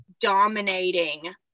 dominating